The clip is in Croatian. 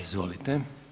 Izvolite.